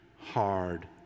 hard